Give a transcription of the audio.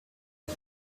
sie